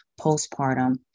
postpartum